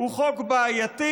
הוא חוק בעייתי,